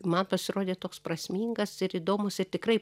man pasirodė toks prasmingas ir įdomūs ir tikrai